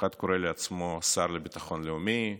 אחד קורא לעצמו השר לביטחון לאומי,